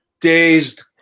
dazed